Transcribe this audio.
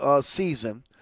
season –